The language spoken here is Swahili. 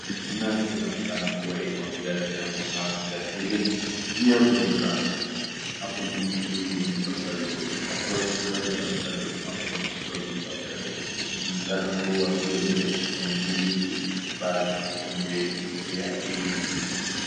Eneo hili inaonekana kuwa iko na gari rembo sana. Gari hili ni ya mbei ghali sana. Hapo juu imeandikwa services, approach slowly auto-door, approach slowly auto-door . Inaonekana kuwa hiyo gate haingiliki. Pahali hapo mtu haezi ingia hivi hivi.